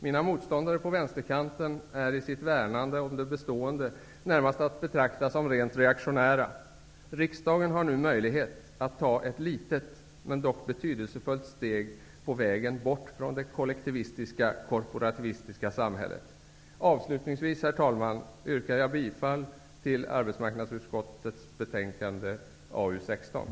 Mina motståndare på vänsterkanten är i sitt värnande om det bestående närmast att betrakta som rent reaktionära. Riksdagen har nu möjlighet att ta ett litet, men betydelsefullt, steg på vägen bort från det kollektivistiska, korporativistiska samhället. Avslutningsvis, herr talman, yrkar jag bifall till arbetsmarknadsutskottets hemställan i betänkande